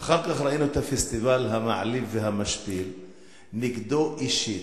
ואחר כך ראינו את הפסטיבל המעליב והמשפיל נגדו אישית.